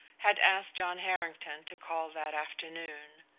had asked john harrington to call that afternoon.